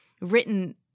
written